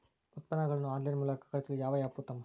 ಉತ್ಪನ್ನಗಳನ್ನು ಆನ್ಲೈನ್ ಮೂಲಕ ಖರೇದಿಸಲು ಯಾವ ಆ್ಯಪ್ ಉತ್ತಮ?